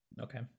Okay